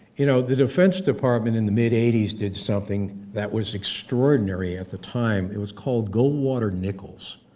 you know, the defense department in the mid eighty s did something that was extraordinary at the time, it was called, goldwater-nichols.